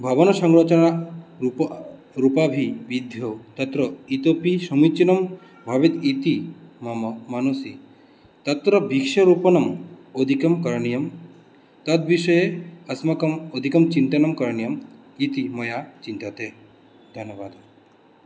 भवनसंरचनारूपं रूपाभिवृद्धौ तत्र इतोऽपि समीचीनं भवेत् इति मम मनसि तत्र वृक्षारोपणम् अधिकं करणीयं तद्विषये अस्माकम् अधिकं चिन्तनं करणीयम् इति मया चिन्त्यते धन्यवादः